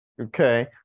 Okay